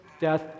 death